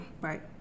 Right